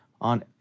on